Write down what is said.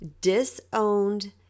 disowned